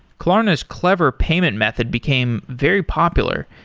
klarna's clever payment method became very popular,